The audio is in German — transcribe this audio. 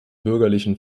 bürgerlichen